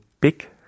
big